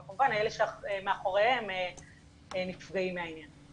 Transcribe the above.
אבל כמובן אלה שמאחוריהם נפגעים מהעניין.